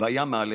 והיה מהלך".